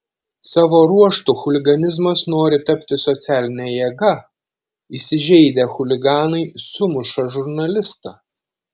savo ruožtu chuliganizmas nori tapti socialine jėga įsižeidę chuliganai sumuša žurnalistą